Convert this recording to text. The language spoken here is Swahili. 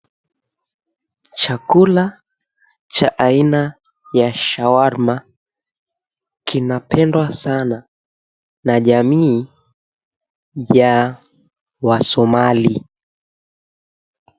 Chakula cha aina cha shawarma, kinapendwa sana na jamii ya wasomali.